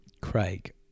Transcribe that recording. Craig